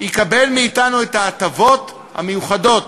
יקבל מאתנו את ההטבות המיוחדות,